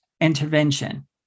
intervention